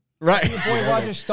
Right